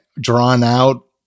drawn-out